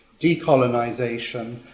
decolonisation